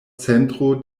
centro